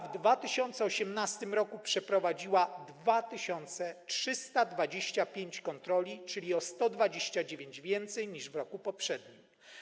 W 2018 r. Izba przeprowadziła 2325 kontroli, czyli o 129 więcej niż w roku poprzednim.